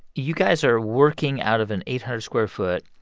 you guys are working out of an eight hundred square foot,